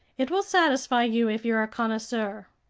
it will satisfy you if you're a connoisseur.